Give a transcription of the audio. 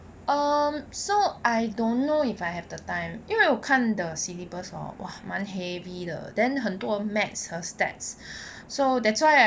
um so I don't know if I have the time 因为我看 the syllabus hor !wah! 蛮 heavy 的 then 很多 maths 和 stats so that's why I